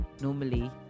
normally